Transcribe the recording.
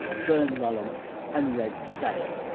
fern lulham and red so